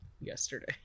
Yesterday